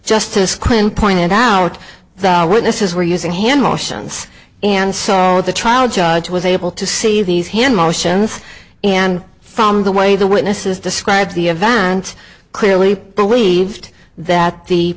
justice clint pointed out the witnesses were using hand motions and saw the trial judge was able to see these hand motions and from the way the witnesses described the event clearly believed that the